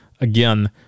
again